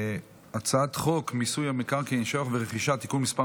הצעת חוק מיסוי מקרקעין (שבח ורכישה) (תיקון מס'